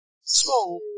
Small